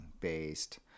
based